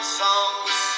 songs